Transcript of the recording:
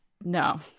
no